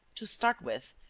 to start with,